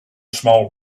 small